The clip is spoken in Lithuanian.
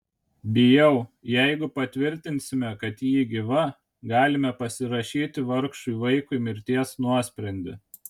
bijau jeigu patvirtinsime kad ji gyva galime pasirašyti vargšui vaikui mirties nuosprendį